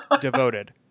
devoted